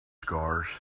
scars